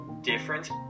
difference